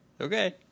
Okay